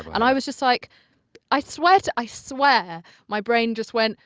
and i was just like i swear to i swear my brain just went,